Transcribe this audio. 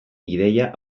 ideia